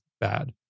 bad